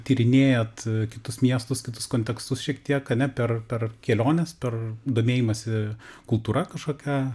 tyrinėjat kitus miestus kitus kontekstus šiek tiek ane per per keliones per domėjimąsi kultūra kažkokia